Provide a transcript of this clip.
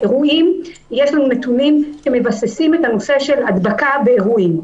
יש לנו נתונים שמבססים את הנושא של הדבקה באירועים.